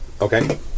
Okay